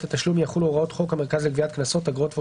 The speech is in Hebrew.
התשלום יחולו הוראות חוק המרכז לגביית קנסות אגרות והוצאות,